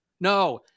No